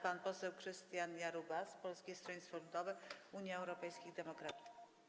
Pan poseł Krystian Jarubas, Polskie Stronnictwo Ludowe - Unia Europejskich Demokratów.